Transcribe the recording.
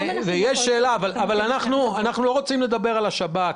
אבל אנחנו לא רוצים לדבר על השב"כ.